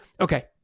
Okay